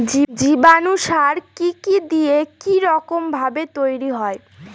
জীবাণু সার কি কি দিয়ে কি রকম ভাবে তৈরি হয়?